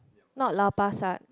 not Lau-Pa-Sat